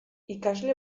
ikasle